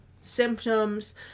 symptoms